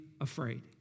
afraid